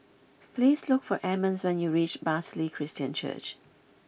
please look for Emmons when you reach Bartley Christian Church